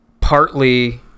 partly